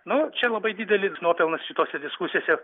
nu čia labai didelis nuopelnas šitose diskusijose